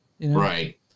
Right